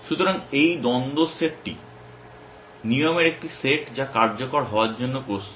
সুতরাং এই দ্বন্দ্ব সেটটি নিয়মের একটি সেট যা কার্যকর হওয়ার জন্য প্রস্তুত